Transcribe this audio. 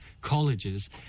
colleges